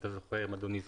יש